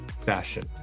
fashion